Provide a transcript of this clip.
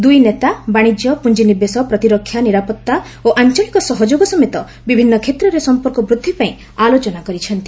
ଦୁଇ ନେତା ବାଣିଜ୍ୟ ପୁଞ୍ଜିନିବେଶ ପ୍ରତିରକ୍ଷା ନିରାପତ୍ତା ଓ ଆଞ୍ଚଳିକ ସହଯୋଗ ସମେତ ବିଭିନ୍ନ କ୍ଷେତ୍ରରେ ସମ୍ପର୍କ ବୃଦ୍ଧିପାଇଁ ଆଲୋଚନା କରିଛନ୍ତି